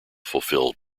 fulfilled